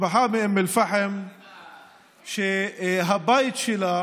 משפחה מאום אל-פחם שהבית שלה